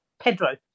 Pedro